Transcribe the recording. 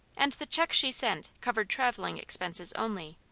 and the check she sent covered travelling expenses only.